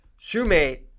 Shoemate